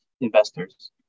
investors